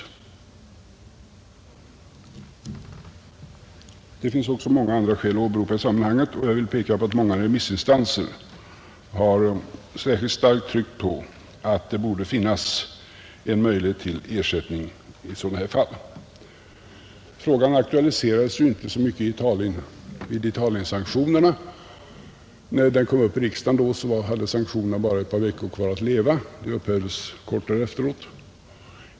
Det finns också många andra skäl att åberopa i sammanhanget, och jag vill peka på att många remissinstanser har särskilt starkt tryckt på att det borde finnas en möjlighet till ersättning i sådana här fall. Frågan aktualiserades ju inte så mycket vid Italiensanktionerna. När den kom upp i riksdagen då, hade sanktionerna bara ett par veckor kvar att leva. De upphävdes kort efteråt.